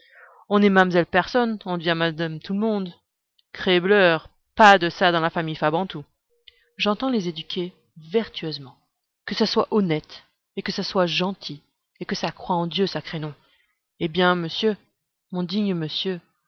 on est mamselle personne on devient madame tout le monde crebleur pas de ça dans la famille fabantou j'entends les éduquer vertueusement et que ça soit honnête et que ça soit gentil et que ça croie en dieu sacré nom eh bien monsieur mon digne monsieur